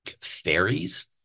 fairies